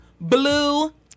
blue